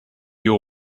you